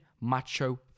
macho